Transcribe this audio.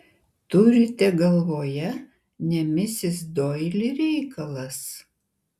turite galvoje ne misis doili reikalas